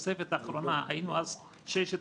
התוספת האחרונה היינו אז 6,200,